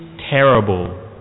terrible